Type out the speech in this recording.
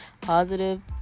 Positive